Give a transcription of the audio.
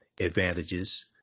advantages